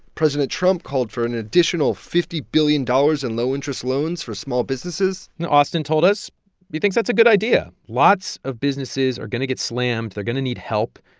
president trump called for an additional fifty billion dollars in low-interest loans for small businesses and austan told us he thinks that's a good idea. lots of businesses are going to get slammed. they're going to need help.